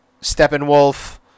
Steppenwolf